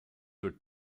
her